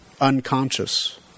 unconscious